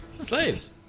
Slaves